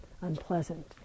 unpleasant